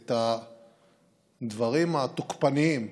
את הדברים התוקפניים,